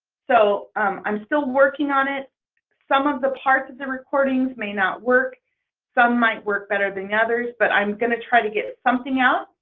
so i'm still working on it some of the parts of the recordings may not work some might work better than others but i'm going to try to get something out.